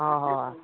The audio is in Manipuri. ꯑꯣ ꯍꯣꯏ ꯍꯣꯏ